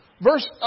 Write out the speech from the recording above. Verse